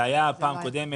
זה היה בפעם הקודמת,